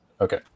Okay